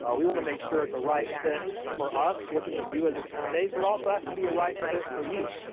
ah we want to make sure it's a right fit for us looking at you as a candidate, but it also has to be a right fit for you.